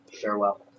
Farewell